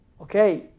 Okay